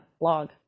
blog